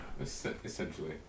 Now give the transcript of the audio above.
Essentially